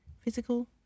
physical